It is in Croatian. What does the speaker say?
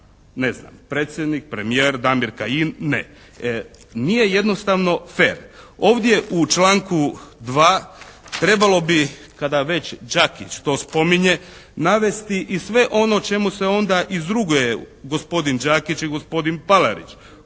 ne znam predsjednik, premijer, Damir Kajin ne. Nije jednostavno fer. Ovdje u članku 2. trebalo bi kada već Đakić to spominje navesti i sve ono čemu se onda izruguje gospodin Đakić i gospodin Palarić.